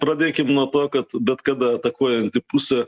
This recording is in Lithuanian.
pradėkim nuo to kad bet kada atakuojanti pusė